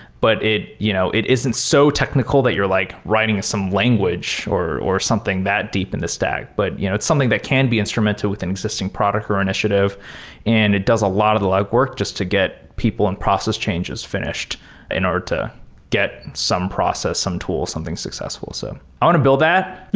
but it you know it isn't so technical that you're like writing some language or or something that deep in the stack, but you know it's something that can be instrumental with an existing product or or initiative and it does a lot of the leg work just to get people and process changes finished in order get some process, some tool something successful. so i want to build that.